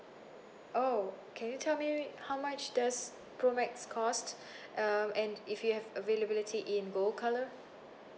oh can you tell me how much this pro max costs um and if you have availability in gold colour